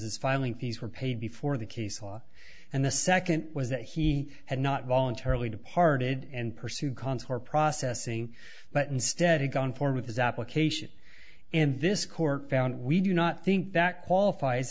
his filing fees were paid before the case law and the second was that he had not voluntarily departed and pursue consular processing but instead of going form of his application and this court found we do not think that qualifies